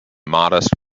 modest